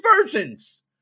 versions